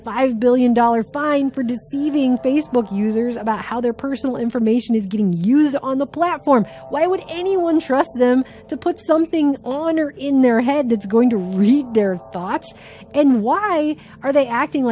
five billion dollars bill i never did even facebook users about how their personal information is getting used on the platform why would anyone trust them to put something on or in their head that's going to read their thoughts and why are they acting